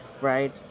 right